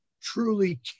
truly